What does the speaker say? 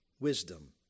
wisdom